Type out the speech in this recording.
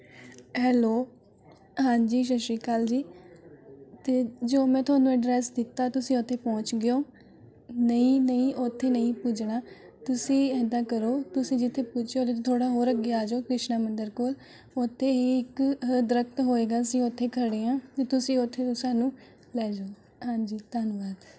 hello ਹਾਂਜੀ ਸਤਿ ਸ਼੍ਰੀ ਅਕਾਲ ਜੀ ਅਤੇ ਜੋ ਮੈਂ ਤੁਹਾਨੂੰ ਐਡਰੈੱਸ ਦਿੱਤਾ ਤੁਸੀਂ ਉੱਥੇ ਪਹੁੰਚ ਗਏ ਹੋ ਨਹੀਂ ਨਹੀਂ ਉੱਥੇ ਨਹੀਂ ਪੁੱਜਣਾ ਤੁਸੀਂ ਏਦਾਂ ਕਰੋ ਤੁਸੀਂ ਜਿੱਥੇ ਪੁੱਜੇ ਹੋ ਉਹਦੇ ਤੋਂ ਥੋੜ੍ਹਾ ਹੋਰ ਅੱਗੇ ਆ ਜਾਉ ਕ੍ਰਿਸ਼ਨਾ ਮੰਦਰ ਕੋਲ ਉੱਥੇ ਹੀ ਇੱਕ ਦਰਖ਼ਤ ਹੋਏਗਾ ਅਸੀਂ ਉੱਥੇ ਖੜ੍ਹੇ ਹਾਂ ਤੁਸੀਂ ਉੱਥੇ ਤੋਂ ਸਾਨੂੰ ਲੈ ਜਾਉ ਹਾਂਜੀ ਧੰਨਵਾਦ